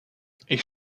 ich